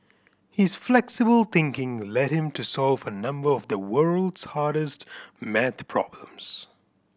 his flexible thinking led him to solve a number of the world's hardest maths problems